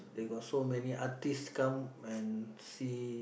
they got so many artists come and see